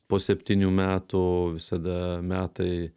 po septynių metų visada metai